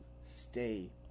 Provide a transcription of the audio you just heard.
stay